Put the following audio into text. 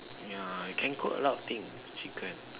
ya can cook a lot of thing with chicken